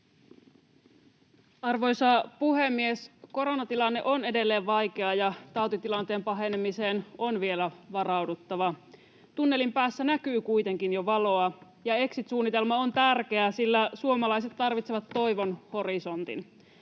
Arvoisa puhemies! Koronatilanne on edelleen vaikea, ja tautitilanteen pahenemiseen on vielä varauduttava. Tunnelin päässä näkyy kuitenkin jo valoa, ja exit-suunnitelma on tärkeä, sillä suomalaiset tarvitsevat toivon horisontin.